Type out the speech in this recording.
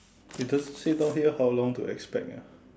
he just sit down here how long to expect ah